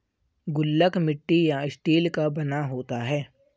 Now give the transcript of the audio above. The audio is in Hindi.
गुल्लक मिट्टी या स्टील का बना होता है